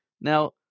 Now